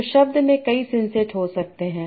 तो शब्द में कई सिंसेट हो सकते हैं